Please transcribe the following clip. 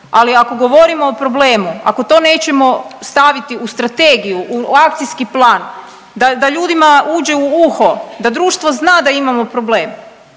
ali ako govorimo o problemu, ako to nećemo staviti u strategiju, u akcijski plan, da ljudima uđe u uho, da društvo zna da imamo problem,